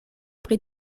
pri